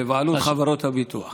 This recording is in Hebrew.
בבעלות חברות הביטוח.